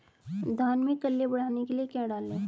धान में कल्ले बढ़ाने के लिए क्या डालें?